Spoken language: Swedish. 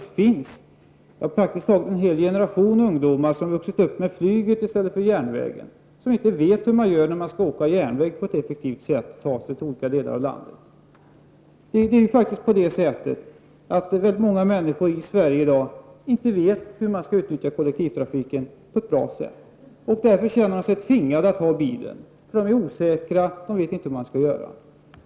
Det finns ju praktiskt taget en hel generation ungdomar som har vuxit upp med flyget i stället för järnvägen och som inte vet hur man på ett effektivt sätt använder järnvägen för att ta sig till olika delar av landet. Det finns ju väldigt många människor i Sverige i dag som inte vet hur man skall utnyttja kollektivtrafiken på ett bra sätt och som därför känner sig tvingade att ta bilen. De är osäkra och vet inte hur man skall göra.